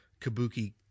Kabuki